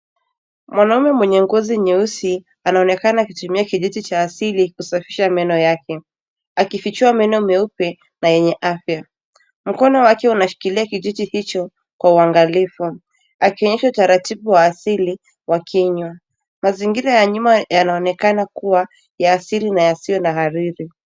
Mwanamume mwenye ngozi nyeusi anaonekana akitumia kijiti cha asili kusafisha meno yake akifichua meno meupe na yenye afya. Mkono wake unashikilia kijiti hicho kwa uangalifu akionyesha utaratibu wa asili wa kinywa. Mazingira ya nyuma yanaonekana kuwa ya asili na yasiyo na hariri.